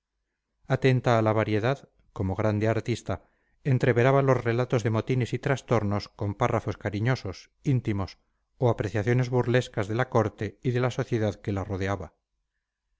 atenta a la variedad como grande artista entreveraba los relatos de motines y trastornos con párrafos cariñosos íntimos o apreciaciones burlescas de la corte y de la sociedad que la rodeaba